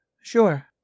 sure